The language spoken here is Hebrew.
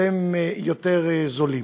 שהם יותר זולים.